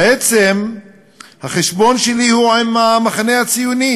בעצם החשבון שלי הוא עם המחנה הציוני